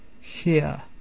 Here